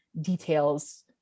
details